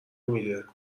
میده